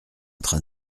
train